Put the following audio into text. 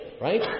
Right